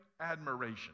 admiration